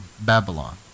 Babylon